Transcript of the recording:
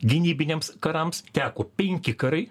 gynybiniams karams teko penki karai